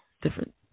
different